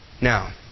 Now